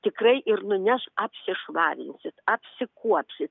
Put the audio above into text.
tikrai ir nuneš apsišvarinsit apsikuopsit